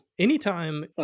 Anytime